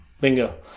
Bingo